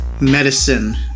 medicine